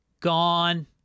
gone